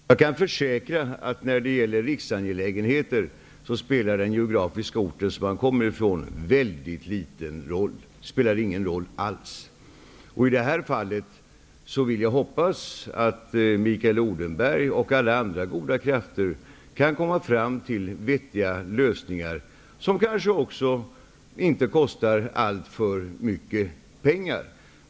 Herr talman! Jag kan försäkra att när det gäller riksangelägenheter spelar det väldigt liten roll från vilken ort man kommer. Det spelar ingen roll alls. I det här fallet hoppas jag att Mikael Odenberg och alla andra goda krafter kan komma fram till vettiga lösningar, som kanske inte heller kostar alltför mycket pengar.